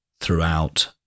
throughout